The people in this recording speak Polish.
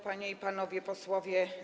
Panie i Panowie Posłowie!